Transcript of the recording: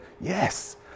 yes